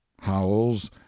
howells